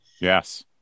yes